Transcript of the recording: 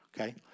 Okay